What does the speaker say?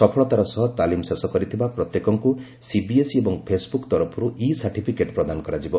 ସଫଳତାର ସହ ତାଲିମ୍ ଶେଷ କରିଥିବା ପ୍ରତ୍ୟେକଙ୍କ ସିବିଏସ୍ଇ ଏବଂ ଫେସ୍ବୃକ୍ ତରଫର୍ଚ ଇ ସାର୍ଟିଫିକେଟ୍ ପ୍ରଦାନ କରାଯିବ